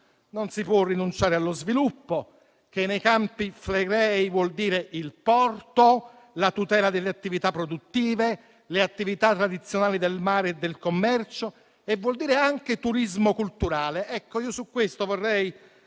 Non si può rinunciare allo sviluppo, che nei Campi Flegrei vuol dire il porto, la tutela delle attività produttive, le attività tradizionali del mare e del commercio e vuol dire anche turismo culturale. Su questo vorrei